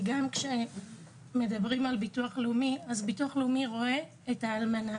גם כשמדברים על ביטוח לאומי אז ביטוח לאומי רואה את האלמנה,